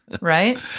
right